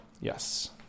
yes